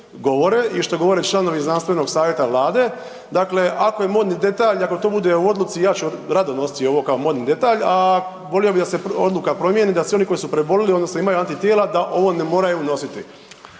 i što govore članovi znanstvenog savjeta Vlade, dakle ako je modni detalj i ako to bude u odluci ja ću rado nositi ovo kao modni detalj, a volio bi da se odluka promijeni da svi oni koji su prebolili odnosno imaju antitijela da ovo ne moraju nositi.